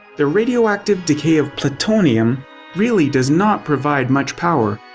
the radioactive decay of plutonium really does not provide much power.